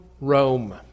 Rome